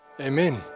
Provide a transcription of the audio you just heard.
Amen